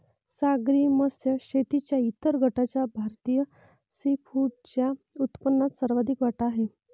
सागरी मत्स्य शेतीच्या इतर गटाचा भारतीय सीफूडच्या उत्पन्नात सर्वाधिक वाटा आहे